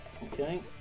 Okay